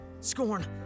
SCORN